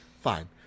Fine